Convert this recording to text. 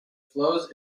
flows